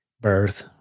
birth